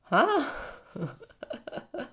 !huh!